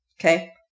Okay